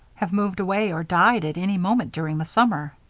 have moved away or died at any moment during the summer.